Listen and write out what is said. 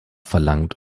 verlangt